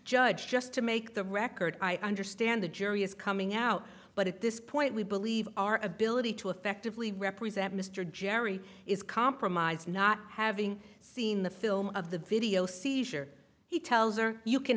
judge just to make the record i understand the jury is coming out but at this point we believe our ability to effectively represent mr jerry is compromise not having seen the film of the video seizure he tells or you can